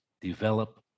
develop